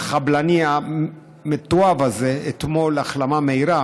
החבלני המתועב הזה אתמול החלמה מהירה,